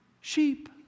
sheep